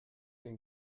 den